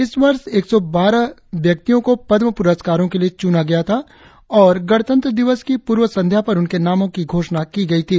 इस वर्ष एक सौ बारह व्यक्तियों को पदम प्रस्कारों के लिए चुना गया था और गणतंत्र दिवस की पूर्व संध्या पर उनके नामों की घोषणा की गयी थी